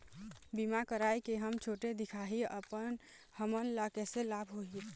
बीमा कराए के हम छोटे दिखाही हमन ला कैसे लाभ होही?